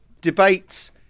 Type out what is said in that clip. debates